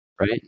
right